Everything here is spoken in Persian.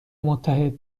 متحد